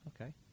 Okay